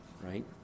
Right